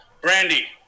Brandy